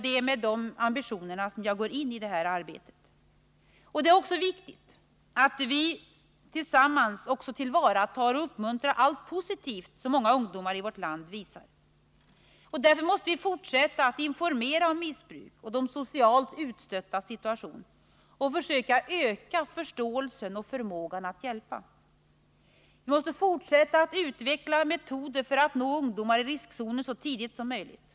Det är med dessa ambitioner som jag går in i detta arbete. Det är också viktigt att vi tillsammans tar till vara och uppmuntrar allt positivt som många ungdomar i vårt land visar. Därför måste vi fortsätta att informera om missbruk och om de socialt utstöttas situation för att öka förståelsen och förmågan att hjälpa. Vi måste fortsätta att utveckla metoder för att nå ungdomar i riskzonen så tidigt som möjligt.